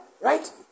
Right